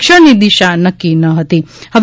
ષણની દિશા નક્કી ન હતી હવે